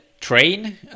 train